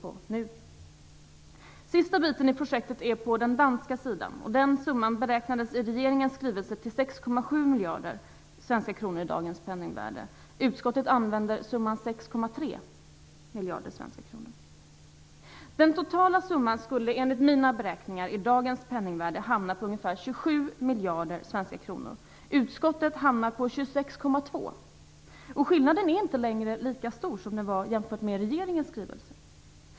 För de danska landanslutningarna, som är den sista delen av projektet, beräknades i regeringens skrivelse Utskottet anger summan 6,3 miljarder svenska kronor. Den totala summan skulle enligt mina beräkningar i dagens penningvärde hamna på ungefär 27 miljarder svenska kronor. Utskottet landar på 26,2. Skillnaden är inte längre lika stor som den var mellan mina siffror och regeringens.